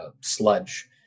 sludge